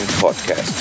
Podcast